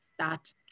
start